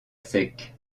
sec